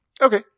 Okay